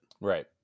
Right